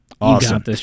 Awesome